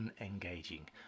unengaging